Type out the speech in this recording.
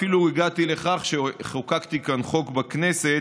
אפילו הגעתי לכך שחוקקתי כאן חוק בכנסת